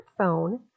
smartphone